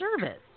service